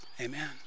Amen